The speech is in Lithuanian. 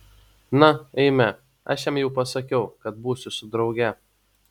na eime aš jam jau pasakiau kad būsiu su drauge